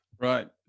Right